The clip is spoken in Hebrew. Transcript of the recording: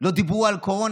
לא דיברו על קורונה.